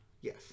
Yes